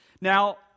Now